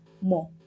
more